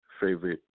favorite